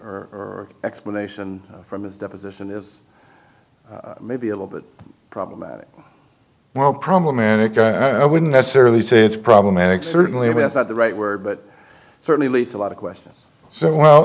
or or explanation from his deposition is maybe a little bit problematic well problematic i wouldn't necessarily say it's problematic certainly that's not the right word but certainly least a lot of questions so well